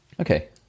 Okay